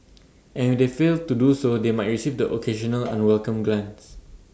and if they fail to do so they might receive the occasional unwelcome glance